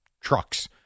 trucks